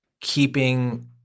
keeping